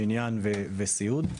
בניין וסיעוד.